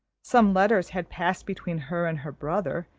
some letters had passed between her and her brother,